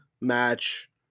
match